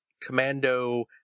Commando